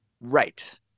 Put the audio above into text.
Right